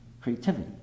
Creativity